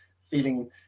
feeling